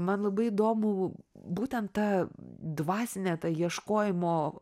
man labai įdomu būtent ta dvasinė ta ieškojimo